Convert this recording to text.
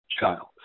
child